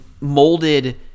molded